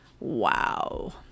Wow